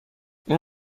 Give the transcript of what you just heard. این